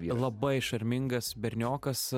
labai šarmingas berniokas